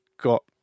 got